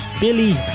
Billy